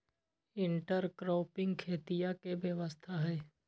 intercropping खेतीया के व्यवस्था हई